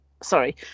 sorry